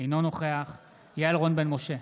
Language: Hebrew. אינו נוכח יעל רון בן משה,